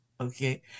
Okay